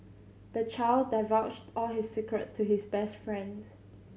the child divulged all his secret to his best friend